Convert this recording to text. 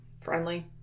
friendly